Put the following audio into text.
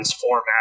format